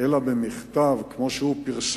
אלא במכתב, כמו שהוא פרסם?